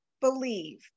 believe